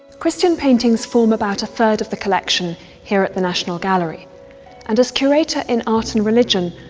christian paintings form about a third of the collection here at the national gallery and, as curator in art and religion,